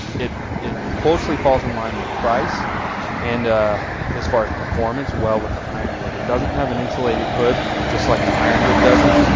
it it closely falls in line with price and as far as performance, well with the ironwood, it doesn't have an insulated hood just like the ironwood doesn't,